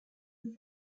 joue